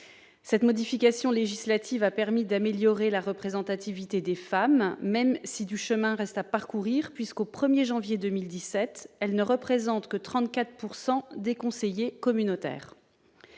Cette modification législative a permis d'améliorer la représentativité des femmes, même si du chemin reste à parcourir. Au 1 janvier 2017, elles ne représentaient en effet que 34 % des conseillers communautaires.